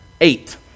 eight